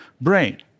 brain